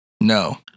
No